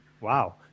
Wow